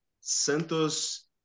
Santos